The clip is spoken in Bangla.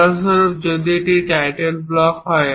উদাহরণস্বরূপ যদি এটি টাইটেল ব্লক হয়